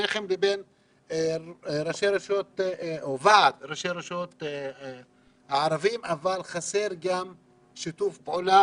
ביניכם לבין ועד ראשי הרשויות הערביות אבל חסר שיתוף פעולה